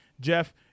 Jeff